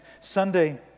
Sunday